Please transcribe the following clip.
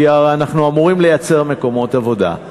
כי אנחנו אמורים לייצר מקומות עבודה.